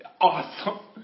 awesome